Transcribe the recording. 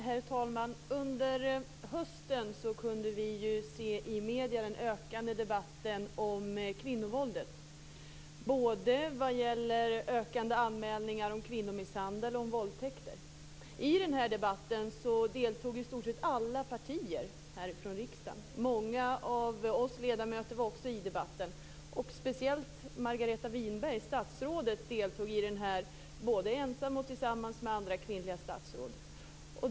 Herr talman! Under hösten kunde vi i medierna se debatten om kvinnovåldet. Den gällde ökade antalet anmälningar om kvinnomisshandel och våldtäkter. I Många av oss ledamöter deltog i debatten. Speciellt statsrådet Margareta Winberg deltog både ensam och tillsammans med andra kvinnliga statsråd i debatten.